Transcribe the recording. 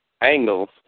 angles